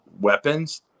weapons